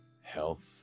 health